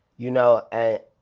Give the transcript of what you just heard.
you know and